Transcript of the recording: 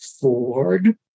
Ford